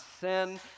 sin